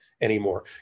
anymore